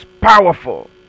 powerful